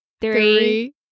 Three